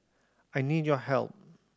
I need your help